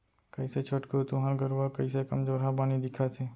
कइसे छोटकू तुँहर गरूवा कइसे कमजोरहा बानी दिखत हे